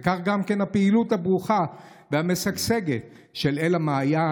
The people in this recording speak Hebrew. וכך הפעילות הברוכה והמשגשגת של אל המעיין,